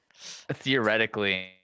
Theoretically